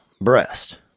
breast